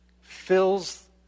Fills